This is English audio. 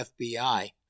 FBI